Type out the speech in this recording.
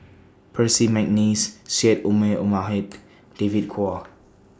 Percy Mcneice Syed Omar David Kwo